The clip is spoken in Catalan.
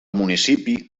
municipi